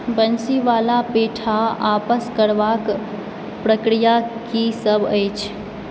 बंसीवाला पेठा आपस करबाक प्रक्रिया की सब अछि